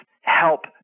help